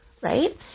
right